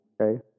okay